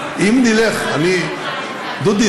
דודי,